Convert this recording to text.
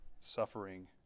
suffering